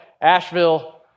Asheville